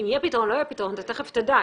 יהיה פתרון או לא יהיה פתרון אתה תיכף תדע.